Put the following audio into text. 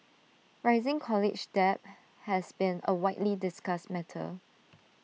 rising college debt has been A widely discussed matter